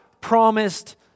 promised